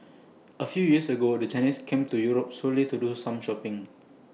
A few years ago the Chinese came to Europe solely to do some shopping